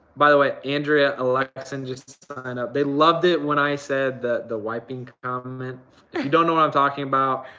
by the way, andrea alexin just signed and up. they loved it when i said that the wiping comment. you don't know what i'm talking about,